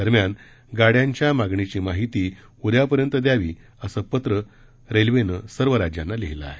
दरम्यान गाड्यांच्या मागणीची माहिती उद्यापर्यंत द्यावी असे पत्र रेल्वे सर्व राज्यांना लिहिलं आहे